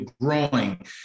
growing